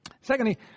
Secondly